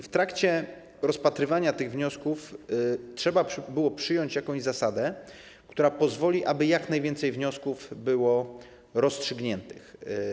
W trakcie rozpatrywania tych wniosków trzeba było przyjąć jakąś zasadę, która pozwoli, aby jak najwięcej wniosków było rozstrzygniętych.